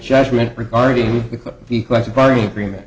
judgement regarding the collective bargaining agreement